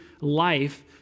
life